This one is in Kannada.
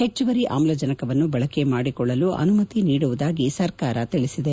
ಹೆಚ್ಚುವರಿ ಆಮ್ಲಜನವನ್ನು ಬಳಕೆ ಮಾಡಿಕೊಳ್ಳಲು ಅನುಮತಿ ನೀಡುವುದಾಗಿ ಸರ್ಕಾರ ತಿಳಿಸಿದೆ